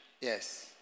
Yes